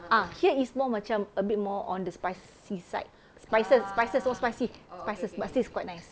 ah here is more macam a bit more on the spicy side spices spices not spicy spices but still it's quite nice